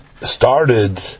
started